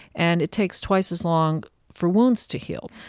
and it takes twice as long for wounds to heal.